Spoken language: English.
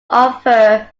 offer